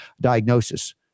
diagnosis